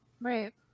right